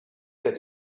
that